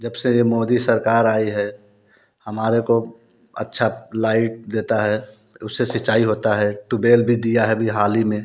जब से ये मोदी सरकार आई है हमारे को अच्छा लाइट देता है उससे सिंचाई होता है टूबबेल भी दिया है अभी हाल ही में